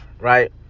right